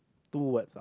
two words